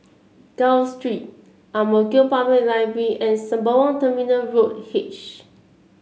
Gul Street Ang Mo Kio Public Library and Sembawang Terminal Road H